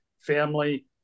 family